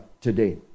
today